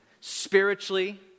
spiritually